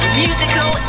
musical